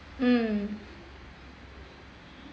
mm